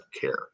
care